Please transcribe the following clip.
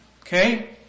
Okay